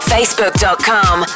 Facebook.com